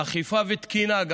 אכיפה ותקינה.